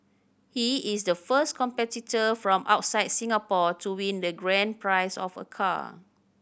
he is the first competitor from outside Singapore to win the grand prize of a car